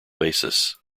basis